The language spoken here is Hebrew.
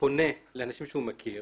פונה לאנשים שהוא מכיר